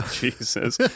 Jesus